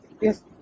yes